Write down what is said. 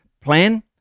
plan